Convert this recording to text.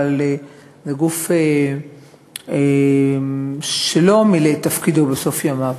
אבל לגוף שלא מילא את תפקידו בסוף ימיו,